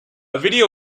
video